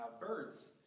birds